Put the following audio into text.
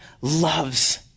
loves